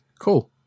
cool